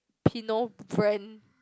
~pino brand